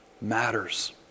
matters